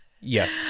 Yes